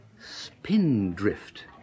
Spindrift